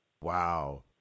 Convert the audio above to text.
Wow